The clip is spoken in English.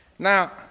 Now